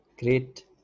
Great